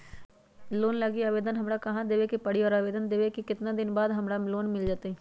Loan लागी आवेदन हमरा कहां देवे के पड़ी और आवेदन देवे के केतना दिन बाद हमरा लोन मिल जतई?